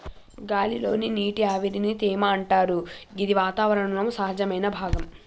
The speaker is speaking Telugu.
గాలి లోని నీటి ఆవిరిని తేమ అంటరు గిది వాతావరణంలో సహజమైన భాగం